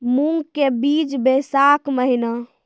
मूंग के बीज बैशाख महीना